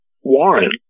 Warren